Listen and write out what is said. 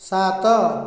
ସାତ